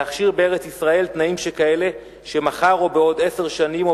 להכשיר בארץ-ישראל תנאים שכאלה שמחר או בעוד עשר שנים או